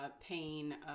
pain